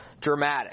dramatic